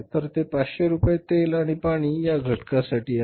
तर हे 500 रुपये तेल आणि पाणी या घटकासाठी आहेत